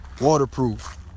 waterproof